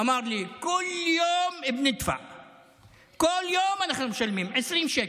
אמר לי: בכל יום אנחנו משלמים 20 שקל.